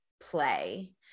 play